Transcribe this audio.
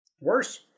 Worse